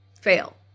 fail